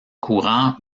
courant